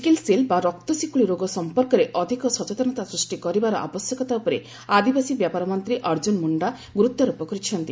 sickle cell ଦିବସ ଦେଶରେ sickle cell ବା ରକ୍ତଶିକୁଳି ରୋଗ ସମ୍ପର୍କରେ ଅଧିକ ସଚେତନତା ସୃଷ୍ଟି କରିବାର ଆବଶ୍ୟକତା ଉପରେ ଆଦିବାସୀ ବ୍ୟାପାର ମନ୍ତ୍ରୀ ଅର୍ଜୁନମୁଣ୍ଡା ଗୁରୁତ୍ୱାରୋପ କରିଛନ୍ତି